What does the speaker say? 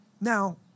Now